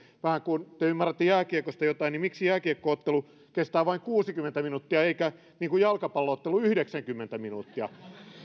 kun te ymmärrätte jääkiekosta jotain niin miksi jääkiekko ottelu kestää vain kuusikymmentä minuuttia eikä niin kuin jalkapallo ottelu yhdeksänkymmentä minuuttia